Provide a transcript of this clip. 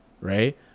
right